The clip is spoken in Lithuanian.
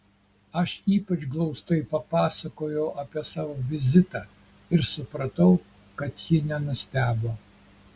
aš ypač glaustai papasakojau apie savo vizitą ir supratau kad ji nenustebo